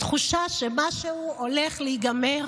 בתחושה שמשהו הולך להיגמר.